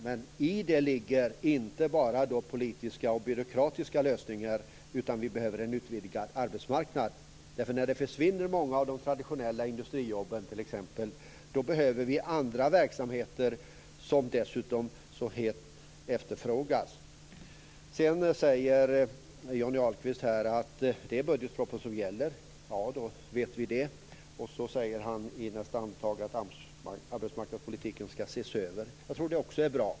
Men i det ligger inte bara då politiska och byråkratiska lösningar, utan vi behöver en utvidgad arbetsmarknad, därför att när t.ex. många av de traditionella industrijobben försvinner behöver vi andra verksamheter, som dessutom så hett efterfrågas. Sedan säger Johnny Ahlqvist att det är budgetpropositionen som gäller. Ja, då vet vi det. Och så säger han i nästa andetag att arbetsmarknadspolitiken ska ses över. Jag tror det också är bra.